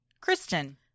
Kristen